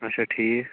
اَچھا ٹھیٖک